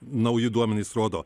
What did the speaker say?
nauji duomenys rodo